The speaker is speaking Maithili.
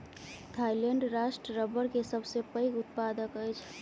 थाईलैंड राष्ट्र रबड़ के सबसे पैघ उत्पादक अछि